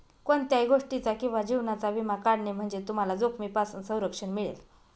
कोणत्याही गोष्टीचा किंवा जीवनाचा विमा काढणे म्हणजे तुम्हाला जोखमीपासून संरक्षण मिळेल